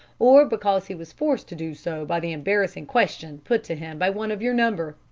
or because he was forced to do so by the embarrassing question put to him by one of your number.